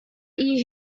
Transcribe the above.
year